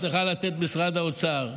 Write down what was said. צריך לתת משרד האוצר.